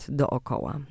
dookoła